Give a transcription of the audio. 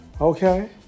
okay